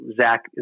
Zach